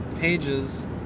pages